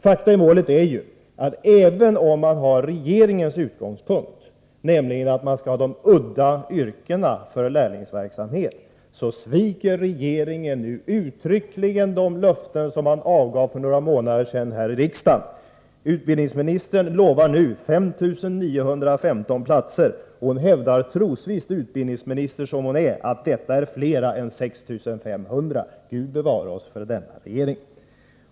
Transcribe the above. Fakta i målet är att även om man har regeringens utgångspunkt — att man skall ha de udda yrkena för lärlingsverksamhet — sviker regeringen nu uttryckligen de löften som avgavs för några månader sedan här i riksdagen. Utbildningsministern lovar nu 5915 platser. Hon hävdar trosvisst, utbildningisminister som hon är, att detta är fler än 6 500. Gud bevare oss för denna regering!